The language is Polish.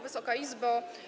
Wysoka Izbo!